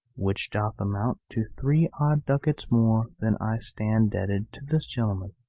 which doth amount to three odd ducats more than i stand debted to this gentleman.